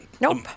Nope